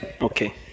Okay